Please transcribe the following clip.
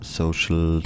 social